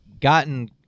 gotten